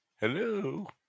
Hello